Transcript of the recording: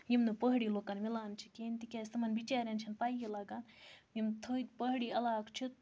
یِم نہٕ پہٲڑی لُکَن مِلان چھِ کِہیٖنۍ تِکیٛازِ تِمَن بِچارٮ۪ن چھَنہٕ پَیی لَگان یِم تھٔدۍ پہٲڑی علاقہٕ چھِ